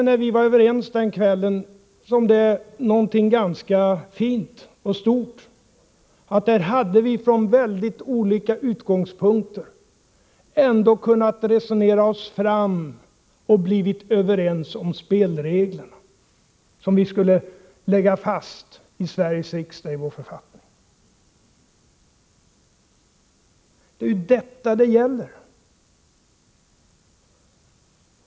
När vi var överens den kvällen upplevde jag detta som något ganska fint och stort. Där hade vi från mycket olika utgångspunkter kunnat resonera oss fram och bli överens om de spelregler som vi skulle lägga fast i Sveriges riksdag och i vår författning. Det är ju detta det gäller.